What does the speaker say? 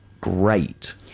great